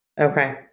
Okay